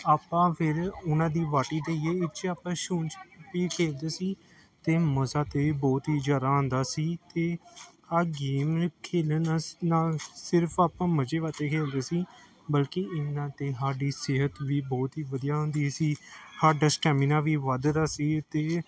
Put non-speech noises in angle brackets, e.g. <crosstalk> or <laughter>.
ਆਪਾਂ ਫੇਰ ਉਹਨਾਂ ਦੀ <unintelligible> ਇਹ 'ਚ ਆਪਾਂ ਛੂਹਣ <unintelligible> ਖੇਡਦੇ ਸੀ ਅਤੇ ਮਜ਼ਾ ਤਾਂ ਬਹੁਤ ਹੀ ਜ਼ਿਆਦਾ ਆਉਂਦਾ ਸੀ ਅਤੇ ਆਹ ਗੇਮ ਖੇਡਣ ਨਾ ਨਾਲ ਸਿਰਫ ਆਪਾਂ ਮਜ਼ੇ ਵਾਸਤੇ ਖੇਡਦੇ ਸੀ ਬਲਕਿ ਇਹ ਨਾਲ ਤਾਂ ਸਾਡੀ ਸਿਹਤ ਵੀ ਬਹੁਤ ਹੀ ਵਧੀਆ ਹੁੰਦੀ ਸੀ ਸਾਡਾ ਸਟੈਮੀਨਾ ਵੀ ਵੱਧਦਾ ਸੀ ਅਤੇ